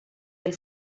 del